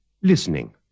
Listening